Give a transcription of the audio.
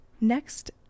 Next